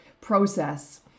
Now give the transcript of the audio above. process